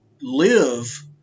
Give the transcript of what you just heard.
live